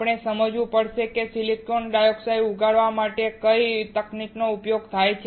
આપણે સમજવું પડશે કે સિલિકોન ડાયોક્સાઈડ ઉગાડવા માટે કઈ તકનીકનો ઉપયોગ થાય છે